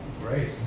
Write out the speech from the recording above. Great